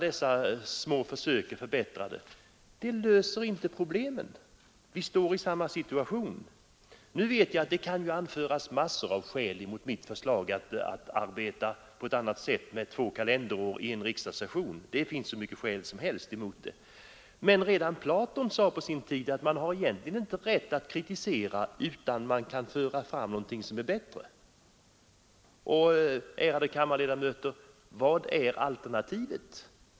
De små försök till förbättringar som gjorts har inte löst problemen. Vi är i samma situation. Det kan naturligtvis anföras massor av skäl mot mitt förslag att arbeta på ett annat sätt, nämligen med tvåkalenderårsriksdag. Redan Platon sade på sin tid att man inte har rätt att kritisera utan att föra fram ett förbättringsförslag. Ärade kammarledamöter! Vad är alternativet?